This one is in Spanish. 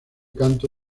canto